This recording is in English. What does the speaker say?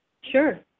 sure